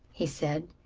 he said.